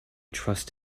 trust